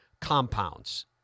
compounds